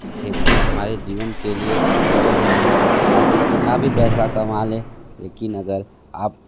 कि खेती हमारे जीवन के लिए बहुत सही है आप कितना भी पैसा कमा लें लेकिन अगर आप